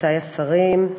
רבותי השרים,